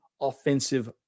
offensive